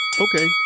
Okay